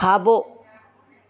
खाबो॒